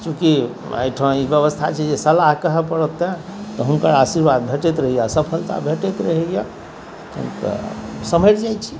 चूँकि अयठाम ई व्यवस्था छै जे सलाह कहऽ पड़त तऽ हुनकर आशीर्वाद भेटैत रहैए सफलता भेटैत रहैए तऽ सम्हरि जाइ छी